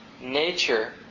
nature